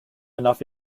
enough